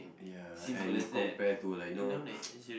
ya and compare to like you know